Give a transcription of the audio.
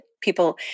people